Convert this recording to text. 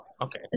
okay